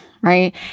right